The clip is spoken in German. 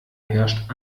herrscht